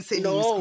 no